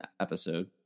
episode